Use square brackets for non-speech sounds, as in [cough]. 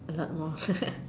a lot more [laughs]